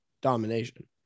domination